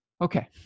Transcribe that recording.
Okay